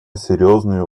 серьезную